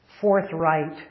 forthright